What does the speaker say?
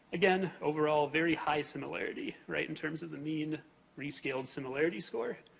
again, overall, very high similarity, right? in terms of the mean rescaled similarity score.